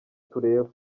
tureba